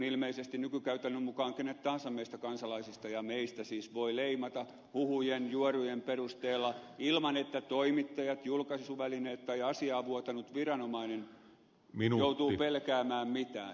ilmeisesti nykykäytännön mukaan kenet tahansa meistä kansalaisista voi leimata huhujen juorujen perusteella ilman että toimittajat julkaisuvälineet tai asian vuotanut viranomainen joutuu pelkäämään mitään